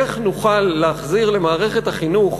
איך נוכל להחזיר למערכת החינוך,